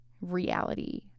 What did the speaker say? reality